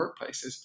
workplaces